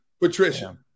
Patricia